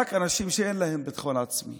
רק אנשים שאין להם ביטחון עצמי